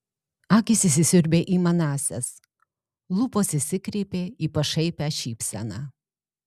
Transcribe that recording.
akys įsisiurbė į manąsias lūpos išsikreipė į pašaipią šypseną